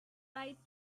right